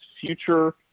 future